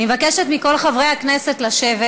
אני מבקשת מכל חברי הכנסת לשבת.